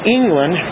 England